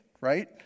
right